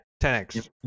10x